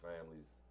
families